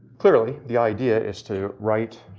clearly the idea is to write,